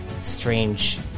strange